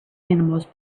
animals